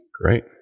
Great